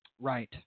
Right